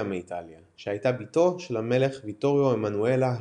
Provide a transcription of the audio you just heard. מאיטליה שהייתה בתו של המלך ויטוריו אמנואלה השלישי.